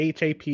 HAP